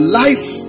life